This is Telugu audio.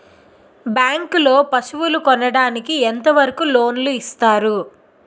బ్యాంక్ లో పశువుల కొనడానికి ఎంత వరకు లోన్ లు ఇస్తారు?